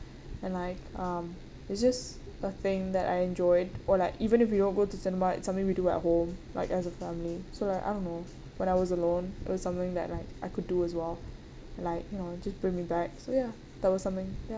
and Iike um it's just a thing that I enjoyed or like even if we don't go to cinema it's something we do at home like as a family so like I don't know when I was alone it was something that like I could do as well like you know just bring me back so ya there was something ya